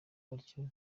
batyo